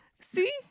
See